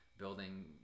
building